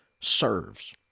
serves